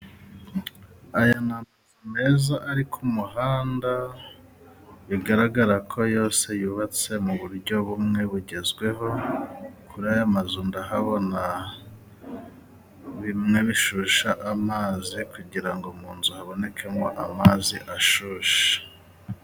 Aya ni amazu meza ari ku muhanda bigaragara ko yose yubatse mu buryo bumwe bugezweho. Kuri aya mazu ndahabona bimwe bishusha amazi kugirango mu nzu habonekemo amazi ashushe.